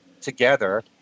together